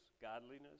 godliness